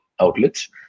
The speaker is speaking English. outlets